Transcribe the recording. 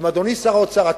אדוני שר האוצר,